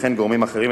וכן גורמים אחרים,